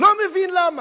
לא מבין למה.